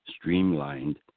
streamlined